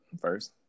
First